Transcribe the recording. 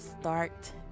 start